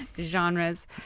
genres